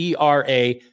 ERA